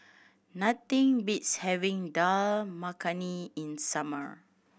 nothing beats having Dal Makhani in summer